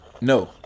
No